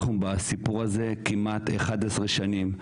אנחנו בסיפור הזה כמעט 11 שנים.